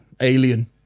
alien